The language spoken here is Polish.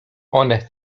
one